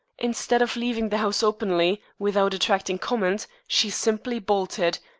instead of leaving the house openly, without attracting comment, she simply bolted,